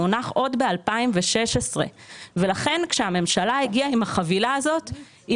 הוא הונח עוד ב-2016 ולכן כשהממשלה הגיעה עם החבילה הזאת היא